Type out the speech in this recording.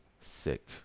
sick